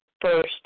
first